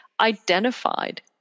identified